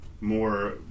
more